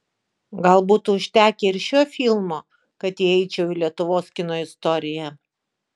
gal būtų užtekę ir šio filmo kad įeičiau į lietuvos kino istoriją